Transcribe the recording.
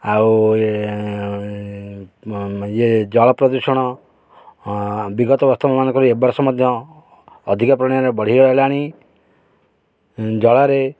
ଆଉ ଇଏ ଇଏ ଜଳ ପ୍ରଦୂଷଣ ବିଗତ ବର୍ଷମାନଙ୍କର ଏ ବର୍ଷ ମଧ୍ୟ ଅଧିକ ପରିମାଣରେ ବଢ଼ିଗଲାଣି ଜଳରେ